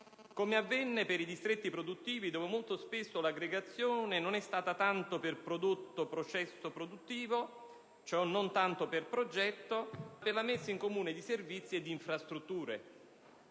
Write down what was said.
come avvenne per i distretti produttivi, dove molto spesso l'aggregazione non è stata tanto per prodotto/processo produttivo, cioè non tanto per "progetto", ma per la messa in comune di servizi e di infrastrutture.